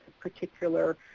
particular